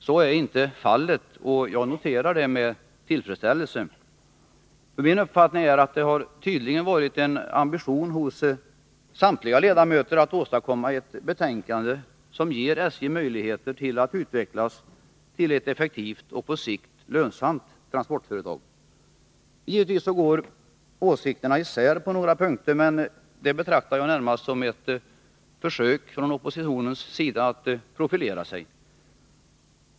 Så är inte fallet, och jag noterar det med tillfredsställelse. Min uppfattning är att det har varit en tydlig ambition hos samtliga ledamöter att åstadkomma ett betänkande som ger SJ möjligheter att utvecklas till ett effektivt och på sikt lönsamt transportföretag. Givetvis går åsikterna isär på några punkter, men det betraktar jag närmast som ett försök från oppositionens sida att profilera sig.